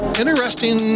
interesting